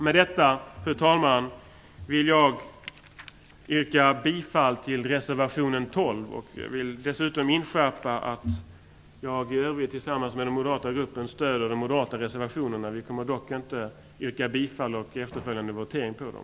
Fru talman! Med det anförda vill jag yrka bifall till reservation 12. Jag vill dessutom inskärpa att jag i övrigt tillsammans med den moderata gruppen stöder de moderata reservationerna. Men vi kommer inte att yrka bifall till dessa i den efterföljande voteringen.